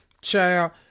Child